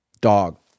Dog